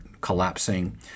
collapsing